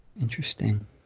Interesting